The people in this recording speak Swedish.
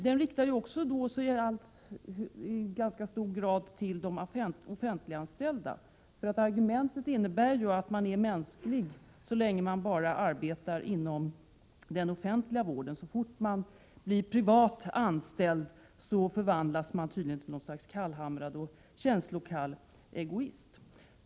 Det riktar sig också i ganska hög grad till de offentliganställda. Argumentet innebär ju att man är mänsklig så länge man arbetar inom den offentliga vården. Så fort man blir privatanställd förvandlas man tydligen till något slags kallhamrad och känslokall egoist.